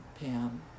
Pam